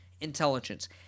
intelligence